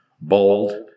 Bold